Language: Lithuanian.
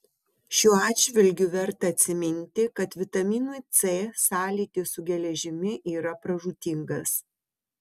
šiuo atžvilgiu verta atsiminti kad vitaminui c sąlytis su geležimi yra pražūtingas